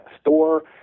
store